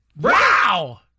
Wow